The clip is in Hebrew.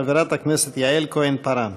חברת הכנסת יעל כהן-פארן.